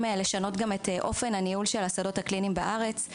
לשנות גם את אופן הניהול של השדות הקליניים בארץ.